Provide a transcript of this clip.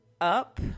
up